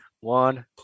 One